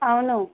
అవును